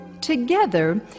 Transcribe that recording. Together